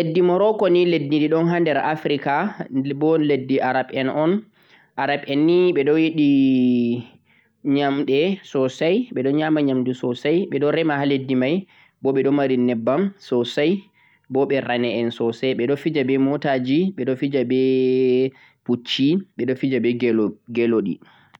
leddi Morocco ni leddi di ɗon ha nder Africa bo leddi Arab en un, Arab en ni ɓe ɗo yiɗi nyamɗe sosai, ɓe nyama nyamdu sosai ɓe ɗon rema ha leddi mai bo ɓe ɗon nyebbam sosai bo ɓe rane en sosai ɓe ɗo fija be motaji ɓe ɗo fija be pucci, ɓe ɗo fija be gyeloɗi.